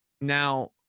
now